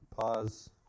pause